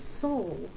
soul